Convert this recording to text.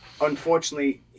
unfortunately